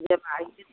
जब आइए